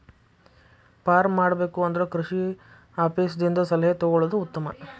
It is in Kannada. ಪಾರ್ಮ್ ಮಾಡಬೇಕು ಅಂದ್ರ ಕೃಷಿ ಆಪೇಸ್ ದಿಂದ ಸಲಹೆ ತೊಗೊಳುದು ಉತ್ತಮ